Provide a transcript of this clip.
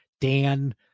Dan